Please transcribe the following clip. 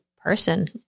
person